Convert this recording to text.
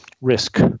risk